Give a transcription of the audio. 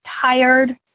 tired